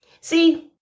See